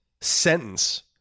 sentence